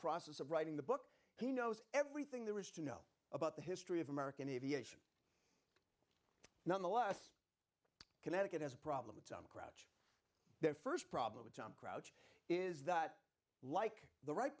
process of writing the book he knows everything there is to know about the history of american aviation nonetheless connecticut has a problem with some of their st problem with tom crouch is that like the wright